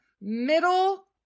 middle